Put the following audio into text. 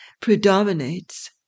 predominates